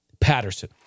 Patterson